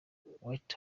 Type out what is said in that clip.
white